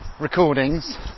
recordings